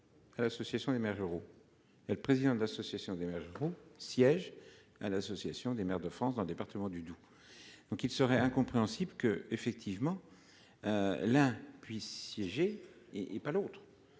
L'Association des maires ruraux est le président de l'association des maires. Siège à l'Association des maires de France dans le département du Doubs. Donc il serait incompréhensible que effectivement. L'un puis siéger et et pas l'autre.